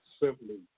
simply